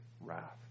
wrath